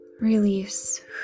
release